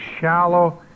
shallow